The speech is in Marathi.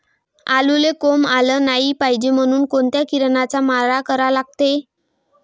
आलूले कोंब आलं नाई पायजे म्हनून कोनच्या किरनाचा मारा करा लागते?